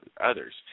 others